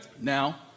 Now